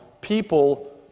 people